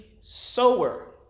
sower